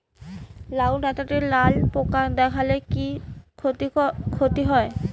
লাউ ডাটাতে লালা পোকা দেখালে কি ক্ষতি হয়?